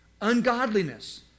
ungodliness